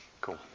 Cool